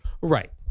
Right